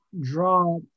draw